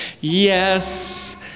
yes